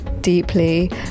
deeply